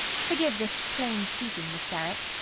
forgive this plain speaking, miss derrick.